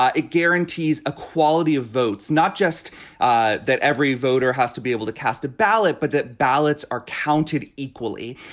ah it guarantees equality of votes not just ah that every voter has to be able to cast a ballot but that ballots are counted equally.